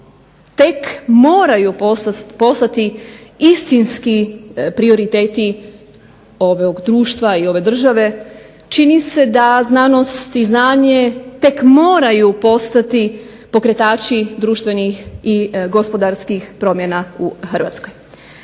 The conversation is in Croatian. tek moraju postati istinski prioriteti ovog društva i države, čini se da znanost i znanje tek moraju postati pokretači društvenih i gospodarskih promjena u Hrvatskoj.